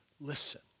listen